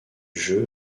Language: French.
jeu